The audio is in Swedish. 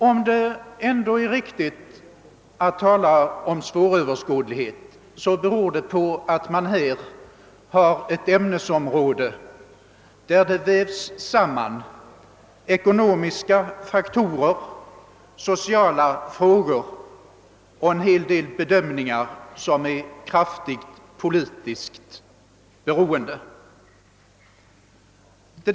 Om det ändå är riktigt att tala om svåröverskådlighet, beror det på att vi här har att göra med ett ämnesområde, där det vävs samman ekonomiska faktorer, sociala frågor och en del kraftigt politiskt betingade bedömningar.